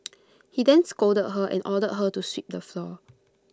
he then scolded her and ordered her to sweep the floor